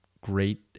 great